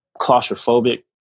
claustrophobic